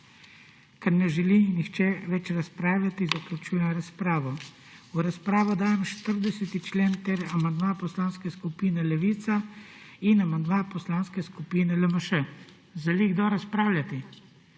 Ker ne želi nihče več razpravljati, zaključujem razpravo. V razpravo dajem 40. člen ter amandma Poslanske skupine Levica in amandma Poslanske skupine LMŠ. Želi kdo razpravljati?